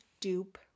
dupe